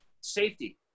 safety